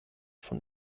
von